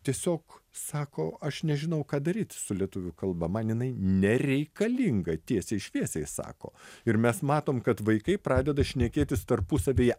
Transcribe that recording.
tiesiog sako aš nežinau ką daryti su lietuvių kalba man jinai nereikalinga tiesiai šviesiai sako ir mes matom kad vaikai pradeda šnekėtis tarpusavyje